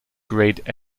great